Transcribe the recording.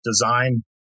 design